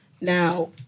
Now